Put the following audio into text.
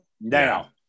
Now